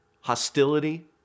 hostility